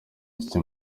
inshuti